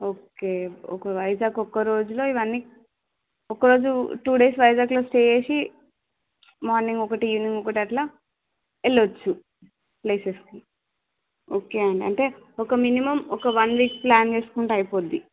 okay ఒక వైజాగ్ ఒక్క రోజులో ఇవన్నీ ఒక్క రోజు టూ డేస్ వైజాగ్లో స్టే చేసి మార్నింగ్ ఒకటి ఈవెనింగ్ ఒకటి అట్లా వెళ్ళచ్చు ప్లేసెస్కి ఓకే అండి అంటే ఒక మినిమమ్ ఒక వన్ వీక్ ప్లాన్ చేసుకుంటే అయిపోద్ది